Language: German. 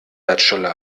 bachelor